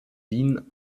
wien